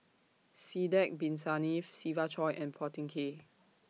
Sidek Bin Saniff Siva Choy and Phua Thin Kiay